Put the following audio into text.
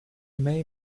may